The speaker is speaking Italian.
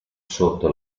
sotto